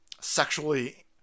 sexually